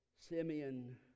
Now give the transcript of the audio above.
Simeon